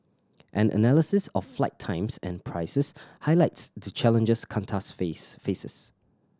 an analysis of flight times and prices highlights the challenges Qantas face faces